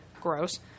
Gross